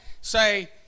say